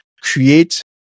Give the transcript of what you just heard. create